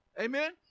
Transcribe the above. Amen